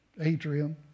Adrian